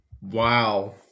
wow